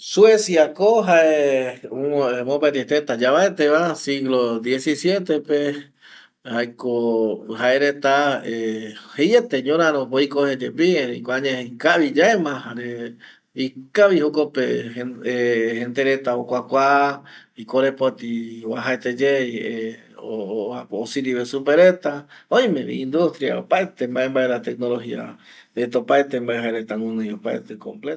Suecia ko jae ou ovae mopeti teta yavaete va siglo diesisiete pe jaeko jae reta jeiete ñoraro pe oikoje yepi ereiko añae ikavi yae ma jare ikavi jokope gente reta okuakua ikorepoti vuajaete ye apo osirive supe reta oime vi industria opaete mbae mbae ra tecnologia reta opaete mbae jae reta guɨnoi opaete completo